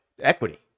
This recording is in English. equity